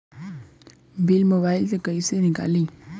Bill mobile से कईसे निकाली?